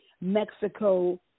Mexico